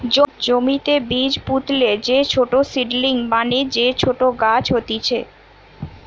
জমিতে বীজ পুতলে যে ছোট সীডলিং মানে যে ছোট গাছ হতিছে